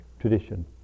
tradition